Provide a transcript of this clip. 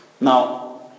Now